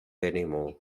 anymore